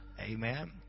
Amen